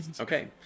Okay